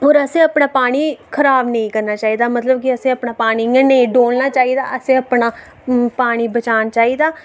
और असें अपना पानी खराब नेईं करना चाहिदा मतलब कि असें अपना पानी इयां नेई डोह्लना चाहिदा अपना पानी बचाना चाहिदा और